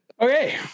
okay